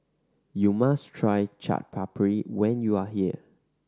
you must try Chaat Papri when you are here